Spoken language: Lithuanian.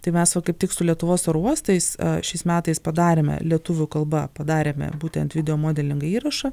kai mes va kaip tik su lietuvos oro uostais šiais metais padarėme lietuvių kalba padarėme būtent videomodelingą įrašą